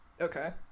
okay